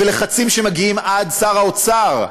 ולחצים שמגיעים עד שר האוצר,